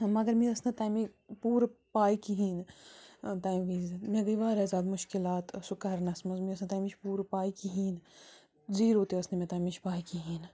مگر مےٚ ٲسۍ نہٕ تَمہِ پورٕ پاے کِہیٖنۍ نہٕ تَمہِ وِز مےٚ گٔے وارِیاہ زیادٕ مُشکِلات سُہ کَرنس منٛز مےٚ ٲسۍ نہٕ تَمِچ پورٕ پاے کِہیٖنۍ نہٕ زِیرو تہِ ٲسۍ نہٕ مےٚ تَمِچ پاے کِہیٖنۍ نہٕ